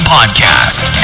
Podcast